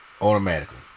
Automatically